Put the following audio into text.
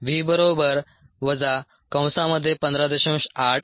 v 15